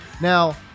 Now